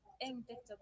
indictable